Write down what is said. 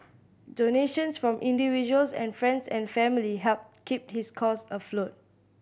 donations from individuals and friends and family helped keep his cause afloat